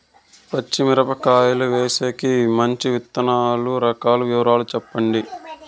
పచ్చి మిరపకాయలు వేసేకి మంచి విత్తనాలు రకాల వివరాలు చెప్పండి?